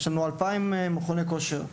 יש לנו כ-2,000 מכוני כושר.